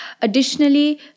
Additionally